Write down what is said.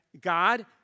God